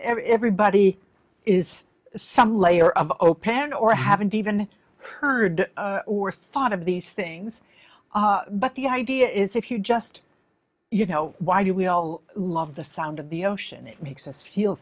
everybody is some layer of opana or haven't even heard or thought of these things but the idea is if you just you know why do we all love the sound of the ocean it makes us feel